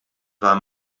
war